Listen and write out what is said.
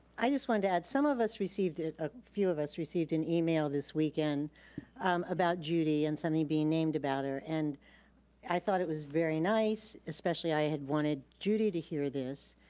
i just wanted to add, some of us received, a ah few of us received an email this weekend about judy and something being named about her, and i thought it was very nice. especially i had wanted judy to hear this.